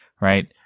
right